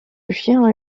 chien